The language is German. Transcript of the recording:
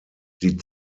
die